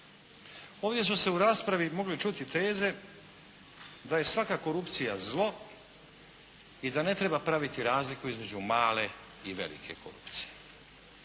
Ovdje su se u raspravi mogle čuti teze da je svaka korupcija zlo i da ne treba praviti razliku između male i velike korupcije.